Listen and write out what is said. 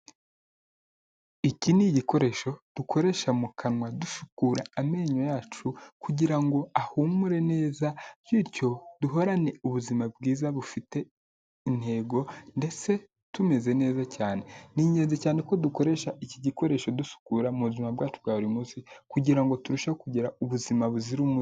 Iki ni igikoresho dukoresha mu kanwa dusukura amenyo yacu kugira ngo ahumure neza bityo duhorane ubuzima bwiza bufite intego ndetse tumeze neza cyane, ni ingenzi cyane ko dukoresha iki gikoresho dusukura mu buzima bwacu bwa buri munsi kugira ngo turusheho kugira ubuzima buzira umuze.